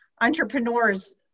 entrepreneur's